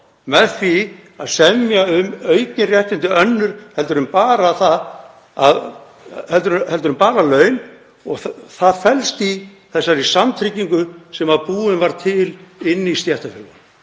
með því að semja um aukin réttindi önnur en bara laun. Það felst í þessari samtryggingu sem búin var til inni í stéttarfélögunum